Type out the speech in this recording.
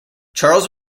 charles